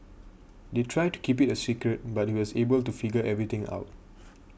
they tried to keep it a secret but he was able to figure everything out